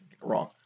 Wrong